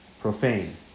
Profane